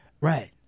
Right